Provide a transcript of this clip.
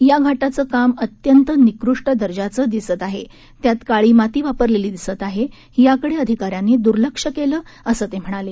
या घाटाचं काम अंत्यत निकृष्ट दर्जाचं दिसत आहे त्यात काळी माती वापरलेली दिसत आहे याकडे अधिकाऱ्यांनी दुर्लक्ष केलं आहे असं ते म्हणाले